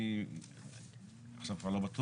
אני עכשיו כבר לא בטוח,